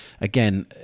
again